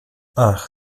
ach